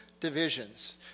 divisions